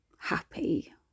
happy